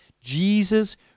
jesus